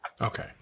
Okay